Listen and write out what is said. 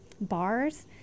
Bars